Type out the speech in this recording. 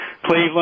Cleveland